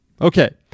Okay